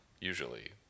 usually